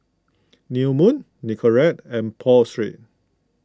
New Moon Nicorette and Pho Street